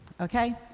okay